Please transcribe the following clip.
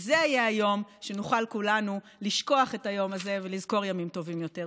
וזה יהיה היום שנוכל כולנו לשכוח את היום הזה ולזכור ימים טובים יותר.